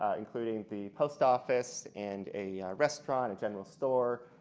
ah including the post office and a restaurant, a general store.